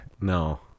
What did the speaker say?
No